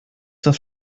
das